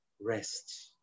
rest